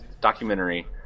documentary